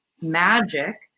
magic